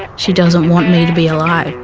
she doesn't want me to be alive.